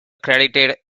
credited